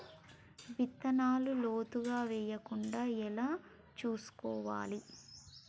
విత్తనాలు లోతుగా వెయ్యకుండా ఎలా చూసుకోవాలి?